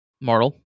Mortal